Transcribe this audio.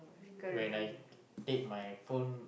when I take my phone